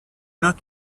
not